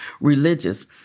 religious